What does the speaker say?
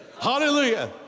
Hallelujah